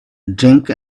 drink